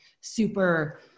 super